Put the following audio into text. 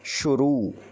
शुरू